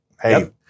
hey